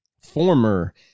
former